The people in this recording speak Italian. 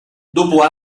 dopo